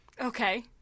Okay